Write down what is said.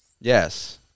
yes